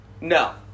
No